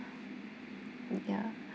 ya